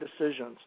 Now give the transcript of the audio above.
decisions